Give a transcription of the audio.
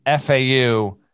FAU